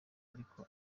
ariko